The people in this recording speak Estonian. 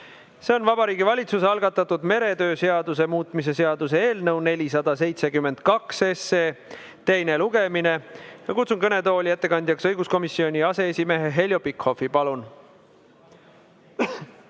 See on Vabariigi Valitsuse algatatud meretöö seaduse muutmise seaduse eelnõu 472 teine lugemine. Ma kutsun kõnetooli ettekandjaks õiguskomisjoni aseesimehe Heljo Pikhofi. Palun!